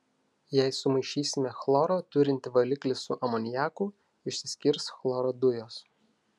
jei sumaišysime chloro turintį valiklį su amoniaku išsiskirs chloro dujos